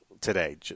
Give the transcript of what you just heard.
today